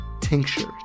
tincture